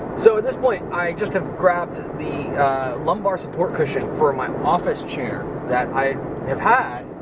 so, at this point, i just have grabbed the lumbar support cushion for my office chair that i have had,